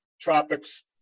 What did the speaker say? tropics